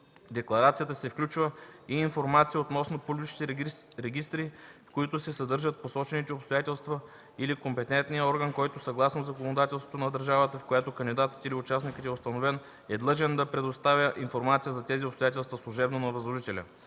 декларацията се включва и информация относно публичните регистри, в които се съдържат посочените обстоятелства, или компетентния орган, който съгласно законодателството на държавата, в която кандидатът или участникът е установен, е длъжен да предоставя информация за тези обстоятелства служебно на възложителя.”